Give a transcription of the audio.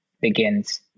begins